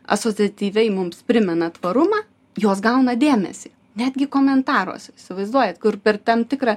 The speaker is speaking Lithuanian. asociatyviai mums primena tvarumą jos gauna dėmesį netgi komentaruose įsivaizduojat kur per tam tikrą